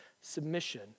submission